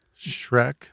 Shrek